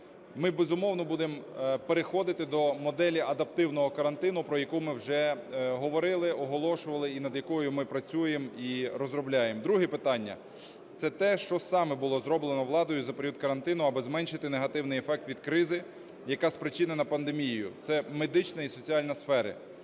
Ми, безумовно, будемо переходити до моделі адаптивного карантину, про яку ми вже говорили, оголошували і над якою ми працюємо і розробляємо. Друге питання. Це те, що саме було зроблено владою за період карантину, аби зменшити негативний ефект від кризи, яка спричинена пандемією, це медична і соціальна сфери.